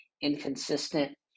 inconsistent